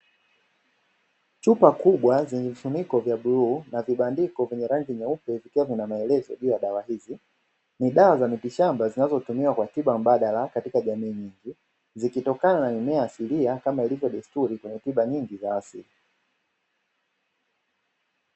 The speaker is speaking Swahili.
Chupa kubwa zenye mfuniko vya bluu na vibandiko vyenye rangi nyeupe vikiwa vinamaelezo juu ya dawa hizi, ni dawa za mitishamba zinazotumiwa kwa tiba mbadala katika jamii nyingi, zikitokana na mimea asilia kama ilivyo desturi ya tiba nyingi za asili.